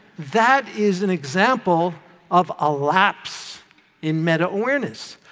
that is an example of a lapse in meta-awareness.